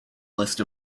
list